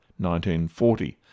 1940